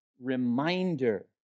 reminder